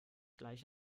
gleich